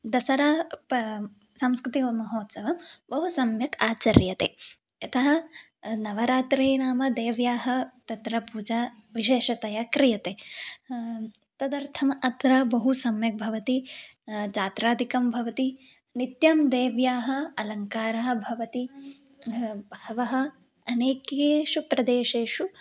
दसरा पा सांस्कृतिकमहोत्सवं बहु सम्यक् आचर्यते यतः नवरात्रिः नाम देव्याः तत्र पूजा विशेषतया क्रियते तदर्थम् अत्र बहु सम्यक् भवति जात्रादिकं भवति नित्यं देव्याः अलङ्कारः भवति बहवः अनेकेषु प्रदेशेषु